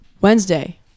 wednesday